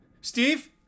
Steve